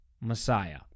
Messiah